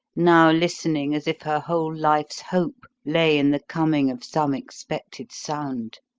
now listening as if her whole life's hope lay in the coming of some expected sound.